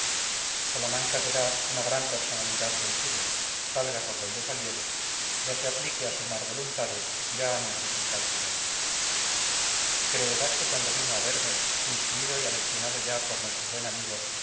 salamanca será una gran personalidad del siglo salga por donde saliere ya se aplique a sumar voluntades ya a multiplicar dinero creerás que cuando vino a verme instruido y aleccionado ya por nuestro buen amigo